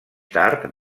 tard